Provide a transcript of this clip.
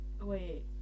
Wait